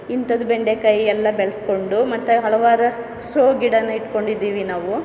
ಇಂಥದ್ದು ಬೆಂಡೆಕಾಯಿ ಎಲ್ಲ ಬೆಳೆಸ್ಕೊಂಡು ಮತ್ತೆ ಹಲವಾರು ಸೋ ಗಿಡಾನ ಇಟ್ಕೊಂಡಿದ್ದೀವಿ ನಾವು